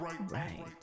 right